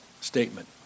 statement